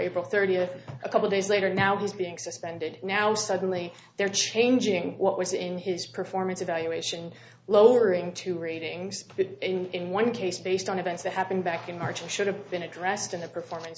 able thirty or a couple days later now he's being suspended now suddenly they're changing what was in his performance evaluation lowering to ratings in one case based on events that happened back in march and should have been addressed in a performance